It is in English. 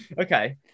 Okay